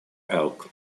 elk